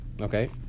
Okay